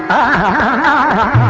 aa